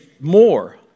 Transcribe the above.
more